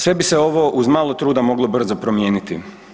Sve bi se ovo uz malo truda moglo brzo promijeniti.